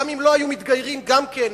אם לא היו מתגיירים גם כן,